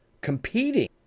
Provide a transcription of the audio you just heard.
competing